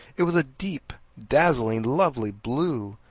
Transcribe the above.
it was a deep, dazzling, lovely blue,